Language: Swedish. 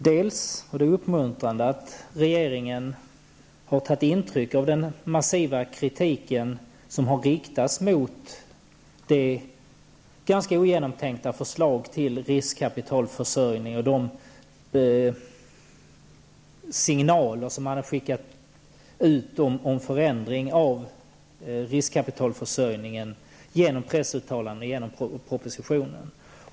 Dels var det uppmuntrande att regeringen har tagit intryck av den massiva kritik som har riktats mot det ganska ogenomtänkta förslaget till riskkapitalförsörjning och mot de signaler som skickats ut om riskkapitalsörjning i pressuttalanden och i propositionen.